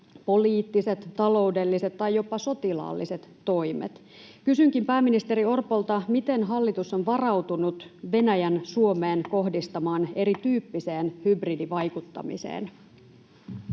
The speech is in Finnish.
poliittiset, taloudelliset tai jopa sotilaalliset toimet. Kysynkin pääministeri Orpolta: miten hallitus on varautunut Venäjän Suomeen kohdistamaan erityyppiseen hybridivaikuttamiseen?